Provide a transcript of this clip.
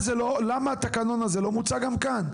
למה התקנון הזה לא מוצג גם כאן?